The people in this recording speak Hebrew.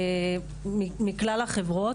מכלל החברות,